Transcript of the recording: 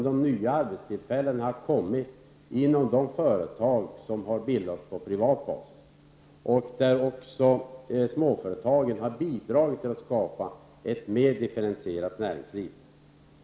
Det nya arbetstillfällena har kommit inom de företag som har bildats på privat basis, varvid också småföretagen har bidragit till att skapa ett mer differentierat näringsliv.